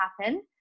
happen